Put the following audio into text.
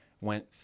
Went